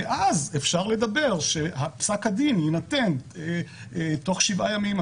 ואז אפשר לדבר שפסק הדין יינתן תוך שבעה ימים.